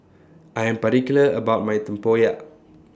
I Am particular about My Tempoyak